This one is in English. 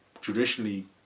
traditionally